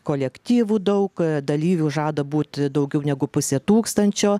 kolektyvų daug dalyvių žada būti daugiau negu pusė tūkstančio